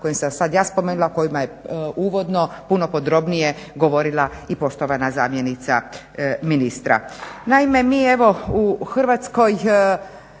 kojima je uvodno puno podrobnije govorila i poštovana zamjenica ministra.